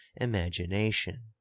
imagination